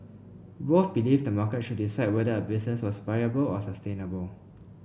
both believed the market should decide whether a business was viable or sustainable